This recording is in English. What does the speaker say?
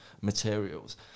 materials